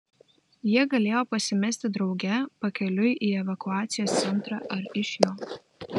jie galėjo pasimesti drauge pakeliui į evakuacijos centrą ar iš jo